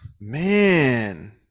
man